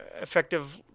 effective